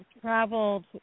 traveled